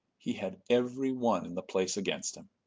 he had every one in the place against him.